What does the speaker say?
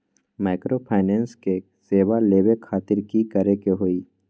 Microfinance के सेवा लेबे खातीर की करे के होई?